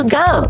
go